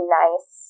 nice